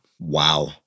Wow